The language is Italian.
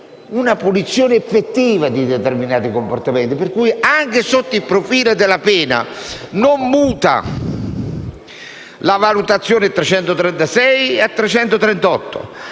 una punizione effettiva di determinati comportamenti. Per cui, anche sotto il profilo della pena, non muta la valutazione ai